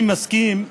אני מסכים,